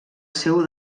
seu